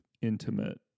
intimate